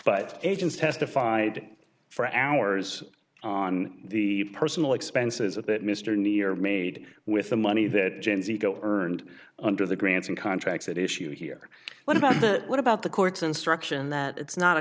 but agents testified for hours on the personal expenses of that mr new year made with the money that james ego earned under the grants and contracts that issue here what about what about the court's instruction that it's not a